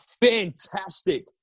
fantastic